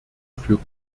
für